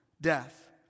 death